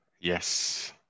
Yes